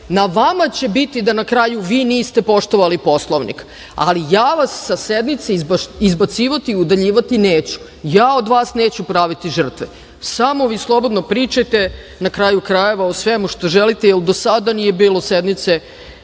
Na vama će biti da na kraju vi niste poštovali Poslovnik, ali ja vas sa sednice izbacivati i udaljivati neću. Ja od vas neću praviti žrtve. Samo vi slobodno pričajte, na kraju krajeva, o svemu što želite, jer do sada nije bilo sednice